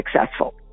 successful